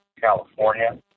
California